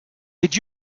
did